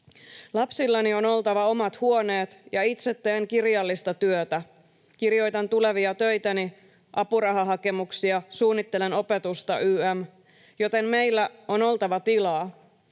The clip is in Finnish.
Lapsillani on oltava omat huoneet, ja itse teen kirjallista työtä, kirjoitan tulevia töitäni, apurahahakemuksia, suunnittelen opetusta ynnä muuta, joten meillä on oltava tilaa.